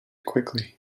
quickly